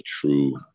true